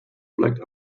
blacked